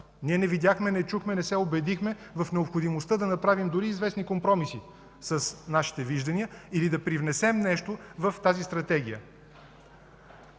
Ние не видяхме, не чухме, не се убедихме в необходимостта да направим дори известни компромиси с нашите виждания или да привнесем нещо в тази стратегия.